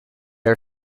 are